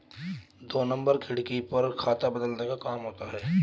दो नंबर खिड़की पर खाता बदलने का काम होता है